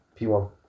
P1